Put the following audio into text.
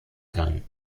kann